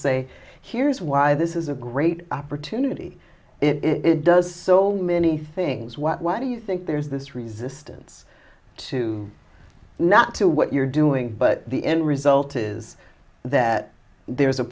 say here's why this is a great opportunity it does so many things what why do you think there's this resistance to not do what you're doing but the end result is that there is a